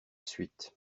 suite